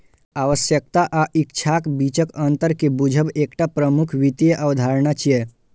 आवश्यकता आ इच्छाक बीचक अंतर कें बूझब एकटा प्रमुख वित्तीय अवधारणा छियै